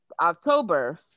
October